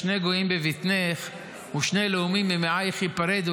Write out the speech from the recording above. "שני גוים בבטנך ושני לאֻמים ממעייך יִפרדו".